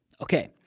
Okay